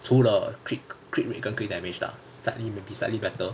除了 crit crit rate 跟 crit damage slightly maybe slightly better